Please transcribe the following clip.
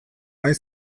nahi